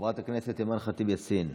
חברת הכנסת אימאן ח'טיב יאסין,